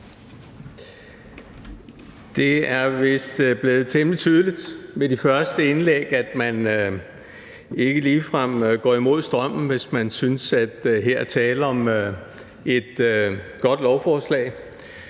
Det er vist blevet temmelig tydeligt med de første indlæg, at man ikke ligefrem går imod strømmen, hvis man synes, at her er tale om et godt lovforslag.